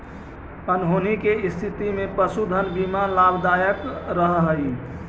अनहोनी के स्थिति में पशुधन बीमा लाभदायक रह हई